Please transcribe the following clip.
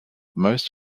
most